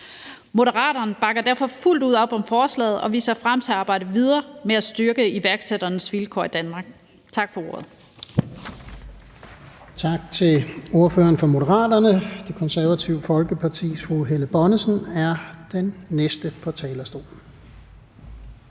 Moderaterne bakker derfor fuldt ud op om forslaget, og vi ser frem til at arbejde videre med at styrke iværksætternes vilkår i Danmark. Tak for ordet.